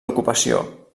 ocupació